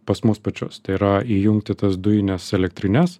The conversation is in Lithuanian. pas mus pačius tai yra įjungti tas dujines elektrines